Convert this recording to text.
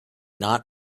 not